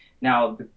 Now